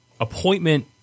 appointment –